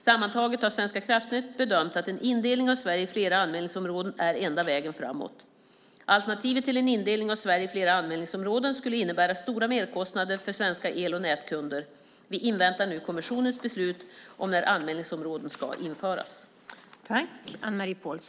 Sammantaget har Svenska kraftnät bedömt att en indelning av Sverige i flera anmälningsområden är enda vägen framåt. Alternativet till en indelning av Sverige i flera anmälningsområden skulle innebära stora merkostnader för svenska el och nätkunder. Vi inväntar nu kommissionens beslut om när anmälningsområden ska införas.